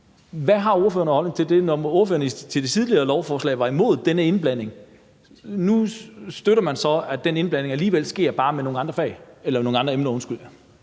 Hvad har ordføreren af holdning til det, når ordføreren under behandlingen af det tidligere lovforslag var imod denne indblanding? Nu støtter man så, at den indblanding alligevel sker, bare med nogle andre emner. Kl. 15:25 Tredje